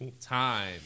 time